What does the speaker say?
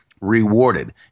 rewarded